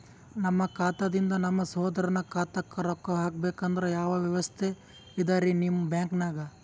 ನಮ್ಮ ಖಾತಾದಿಂದ ನಮ್ಮ ಸಹೋದರನ ಖಾತಾಕ್ಕಾ ರೊಕ್ಕಾ ಹಾಕ್ಬೇಕಂದ್ರ ಯಾವ ವ್ಯವಸ್ಥೆ ಇದರೀ ನಿಮ್ಮ ಬ್ಯಾಂಕ್ನಾಗ?